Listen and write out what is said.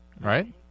Right